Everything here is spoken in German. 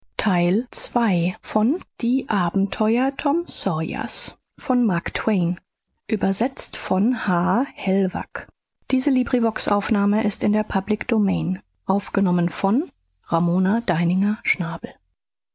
die abenteuer tom sawyers